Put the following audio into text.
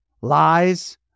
lies